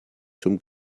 zum